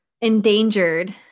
endangered